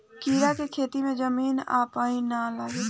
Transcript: कीड़ा के खेती में जमीन आ पानी ना लागे